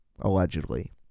allegedly